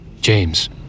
James